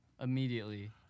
immediately